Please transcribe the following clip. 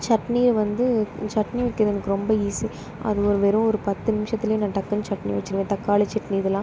சட்னியே வந்து சட்னி வைக்கிறது எனக்கு ரொம்ப ஈஸி அதுவும் ஒரு வெறும் பத்து நிமிஷத்துலேயே நான் டக்குனு சட்னி வச்சுருவேன் தக்காளி சட்னி இதெலாம்